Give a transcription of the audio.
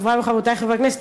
חברותי וחברי חברי הכנסת,